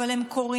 אבל הם קורים.